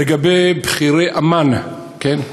לגבי בכירי אמ"ן, כן,